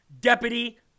Deputy